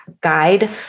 guide